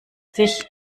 dich